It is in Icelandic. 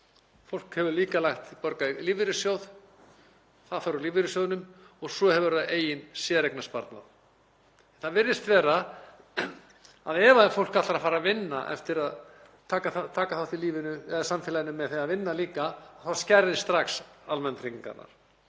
Fólk hefur líka borgað í lífeyrissjóð, það fær úr lífeyrissjóðnum, og svo hefur það eigin séreignarsparnað. Það virðist vera að ef fólk ætlar að fara að vinna, taka þátt í lífinu eða samfélaginu með því að vinna líka, þá skerðist strax almannatryggingarnar.